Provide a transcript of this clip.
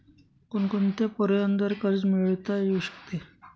कोणकोणत्या पर्यायांद्वारे कर्ज मिळविता येऊ शकते?